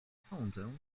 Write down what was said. sądzę